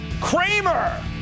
Kramer